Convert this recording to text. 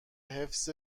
حفظ